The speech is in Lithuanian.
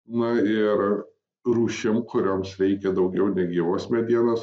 na ir rūšim kurioms reikia daugiau negyvos medienos